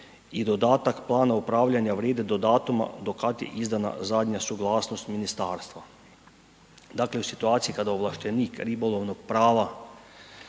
i dodatak plana upravljanja vrijede do datuma do kad je izdana zadnja suglasnost ministarstva. Dakle u situaciji kada ovlaštenik ribolovnog prava